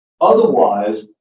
otherwise